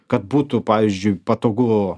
kad būtų pavyzdžiui patogu